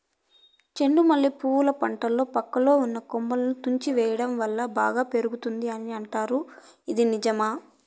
చెండు మల్లె పూల పంటలో పక్కలో ఉన్న కొమ్మలని తుంచి వేయటం వలన బాగా పెరుగుతాయి అని అంటారు ఇది నిజమా?